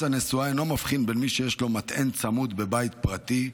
מס הנסועה אינו מבחין בין מי שיש לו מטען צמוד בבית פרטי,